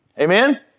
Amen